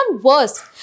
worse